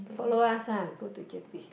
follow us ah go to J_B